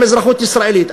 עם אזרחות ישראלית,